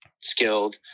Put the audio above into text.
skilled